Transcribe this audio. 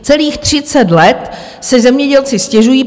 Celých 30 let si zemědělci stěžují.